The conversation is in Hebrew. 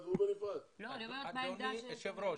אדוני היושב-ראש,